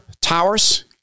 towers